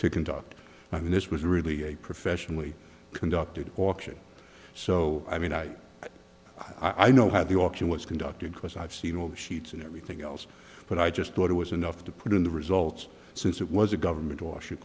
to conduct i mean this was really a professionally conducted auction so i mean i i know how the auction was conducted because i've seen all the sheets and everything else but i just thought it was enough to put in the results since it was a government or sho